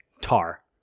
Tar